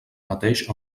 mateix